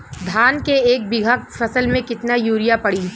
धान के एक बिघा फसल मे कितना यूरिया पड़ी?